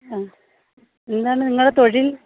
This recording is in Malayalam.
ആ എന്താണ് നിങ്ങടെ തൊഴിൽ